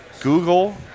Google